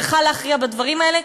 צריכה להכריע בדברים האלה.